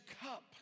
cup